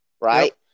Right